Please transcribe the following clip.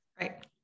Right